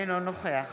אינו נוכח